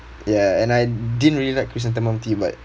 ya and I didn't really like chrysanthemum tea but